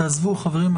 תעזבו, חברים.